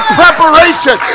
preparation